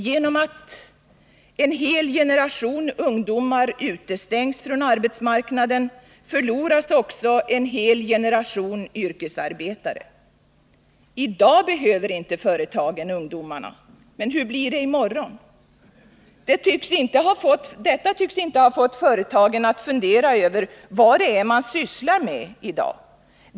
Genom att en hel generation ungdomar utestängs från arbetsmarknaden förloras också en hel generation yrkesarbetare. I dag behöver inte företagen ungdomarna, men hur blir det i morgon? Detta tycks dock inte ha fått företagen att fundera över vad de sysslar med i dag.